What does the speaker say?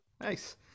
nice